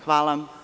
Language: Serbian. Hvala.